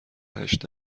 هشت